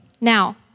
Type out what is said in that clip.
Now